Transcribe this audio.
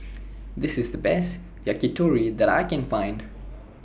This IS The Best Yakitori that I Can Find